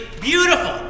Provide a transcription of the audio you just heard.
beautiful